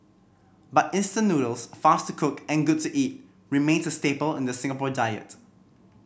but instant noodles fast to cook and good to eat remains a staple in the Singapore diet